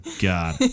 God